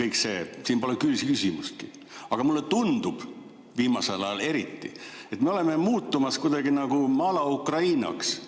kõik see – siin pole küsimustki. Aga mulle tundub, viimasel ajal eriti, et me oleme muutumas kuidagi nagu Mala-Ukrainaks.